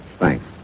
Thanks